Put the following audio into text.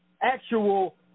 actual